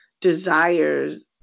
desires